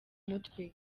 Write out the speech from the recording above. mutwe